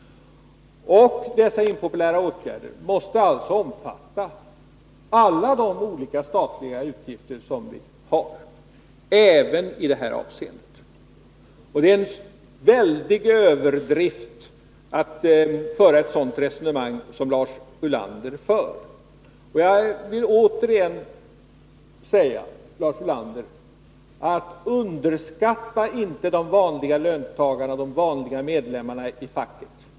Dessa impopulära åtgärder måste alltså omfatta alla de olika statliga utgifterna, även dem som det här är fråga om. Det är mycket överdrivet att resonera som Lars Ulander. Jag vill, Lars Ulander, än en gång säga: Underskatta inte de vanliga löntagarna och de vanliga medlemmarna i facket.